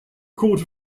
court